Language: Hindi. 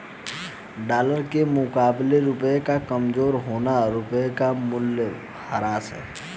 डॉलर के मुकाबले रुपए का कमज़ोर होना रुपए का मूल्यह्रास है